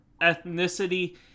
ethnicity